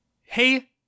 hey